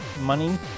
money